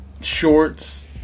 shorts